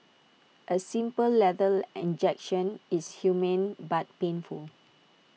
A simple lethal injection is humane but painful